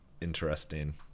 interesting